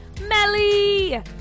Melly